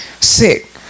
sick